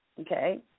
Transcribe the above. okay